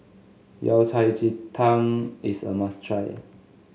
Yao Cai Ji Tang is a must try